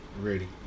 ready